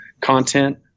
content